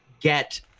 get